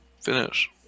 finish